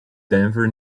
denver